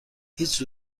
هیچ